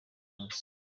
munsi